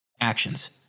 Actions